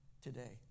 today